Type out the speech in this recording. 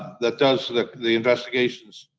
that does the the investigations,